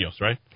Right